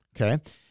Okay